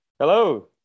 Hello